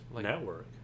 Network